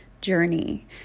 journey